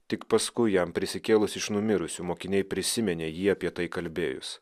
tik paskui jam prisikėlus iš numirusių mokiniai prisiminė jį apie tai kalbėjus